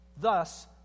Thus